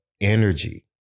energy